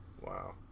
Wow